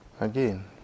Again